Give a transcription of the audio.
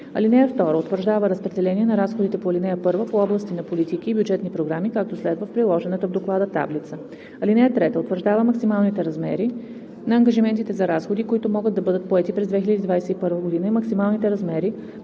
(2) Утвърждава разпределение на разходите по ал. 1 по области на политики и бюджетни програми, както следва по приложената таблица. (3) Утвърждава максималните размери на ангажиментите за разходи, които могат да бъдат поети през 2021 г., и максималните размери